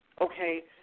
okay